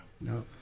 No